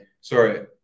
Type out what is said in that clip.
sorry